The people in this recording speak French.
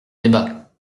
débat